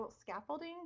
scaffolding